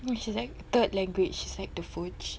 which is like third language is like the